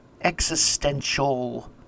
existential